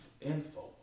info